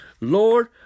Lord